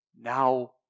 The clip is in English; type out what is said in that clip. now